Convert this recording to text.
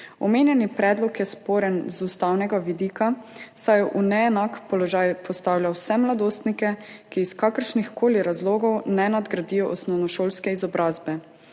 Omenjeni predlog je sporen z ustavnega vidika, saj v neenak položaj postavlja vse mladostnike, ki iz kakršnih koli razlogov ne nadgradijo osnovnošolske izobrazbe.